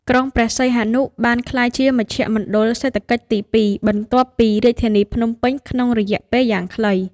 ក្រុងព្រះសីហនុបានក្លាយជាមជ្ឈមណ្ឌលសេដ្ឋកិច្ចទីពីរ បន្ទាប់ពីរាជធានីភ្នំពេញ ក្នុងរយៈពេលយ៉ាងខ្លី។